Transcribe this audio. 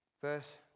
Verse